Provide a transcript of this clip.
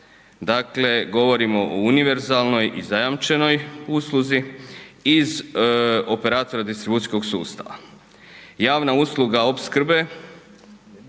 dakle, govorimo o univerzalnoj i zajamčenoj usluzi iz operatora distribucijskog sustava. Javna usluga opskrbe